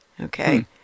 Okay